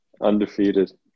undefeated